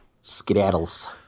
Skedaddles